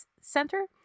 center